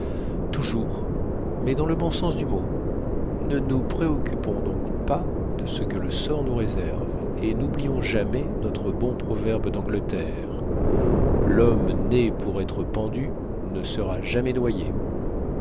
toujours mais dans le bon sens du mot ne nous préoccupons donc pas de ce que le sort nous réserve et n'oublions jamais notre bon proverbe d'angleterre l'homme né pour être pendu ne sera jamais noyé